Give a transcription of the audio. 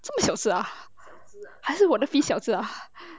这么小只啊还是我 milk tea 小只啊